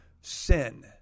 sin